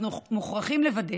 אנחנו מוכרחים לוודא